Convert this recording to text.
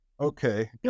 Okay